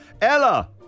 Ella